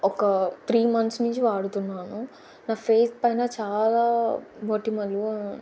ఒక three months నుంచి వాడుతున్నాను నా ఫేస్ పైన చాలా మొటిమలు